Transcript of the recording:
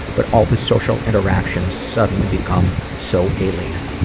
but all the social interactions suddenly become so alien.